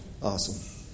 Awesome